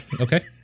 okay